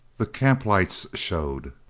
the camp lights showed,